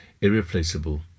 irreplaceable